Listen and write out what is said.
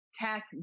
tech